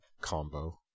combo